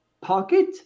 pocket